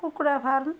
କୁକୁଡ଼ା ଫାର୍ମ